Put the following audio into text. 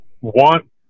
want